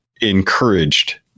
encouraged